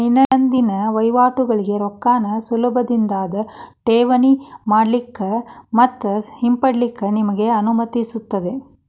ದೈನಂದಿನ ವಹಿವಾಟಗೋಳಿಗೆ ರೊಕ್ಕಾನ ಸುಲಭದಿಂದಾ ಠೇವಣಿ ಮಾಡಲಿಕ್ಕೆ ಮತ್ತ ಹಿಂಪಡಿಲಿಕ್ಕೆ ನಿಮಗೆ ಅನುಮತಿಸುತ್ತದೆ